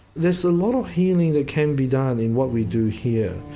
there's a lot of healing that can be done in what we do here,